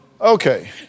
Okay